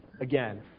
again